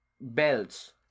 Belts